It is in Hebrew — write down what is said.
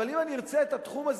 אבל אם אני ארצה ללמוד את התחום הזה